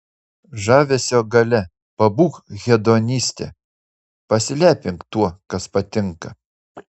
žavesio galia pabūk hedoniste pasilepink tuo kas patinka